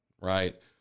right